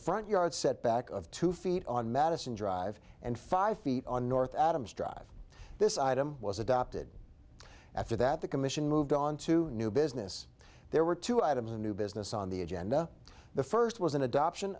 front yard setback of two feet on madison drive and five feet on north adams drive this item was adopted after that the commission moved on to new business there were two items a new business on the agenda the first was an adoption